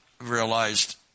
realized